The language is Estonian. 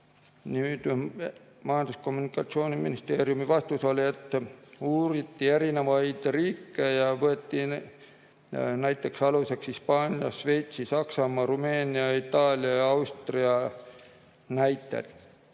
ja Kommunikatsiooniministeeriumi vastus oli, et uuriti erinevaid riike ja võeti aluseks näiteks Hispaania, Šveitsi, Saksamaa, Rumeenia, Itaalia ja Austria. Kõikidel